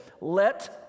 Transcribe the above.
let